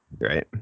Right